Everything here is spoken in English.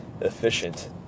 efficient